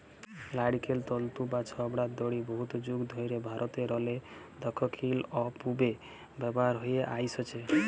লাইড়কেল তল্তু বা ছবড়ার দড়ি বহুত যুগ ধইরে ভারতেরলে দখ্খিল অ পূবে ব্যাভার হঁয়ে আইসছে